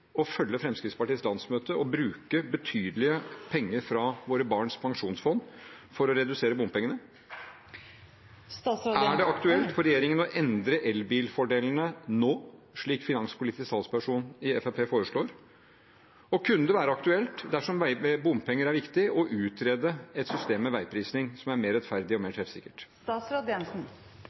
å følge Fremskrittspartiets landsmøte og bruke betydelig med penger fra våre barns pensjonsfond for å redusere bompengene? Er det aktuelt for regjeringen å endre elbilfordelene nå, slik finanspolitisk talsperson i Fremskrittspartiet foreslår? Og kunne det være aktuelt, dersom bompenger er viktig, å utrede et system med veiprising som er mer rettferdig og treffsikkert?